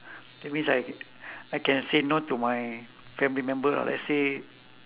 that means I I can say no to my family member uh let's say